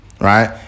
Right